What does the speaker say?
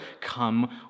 come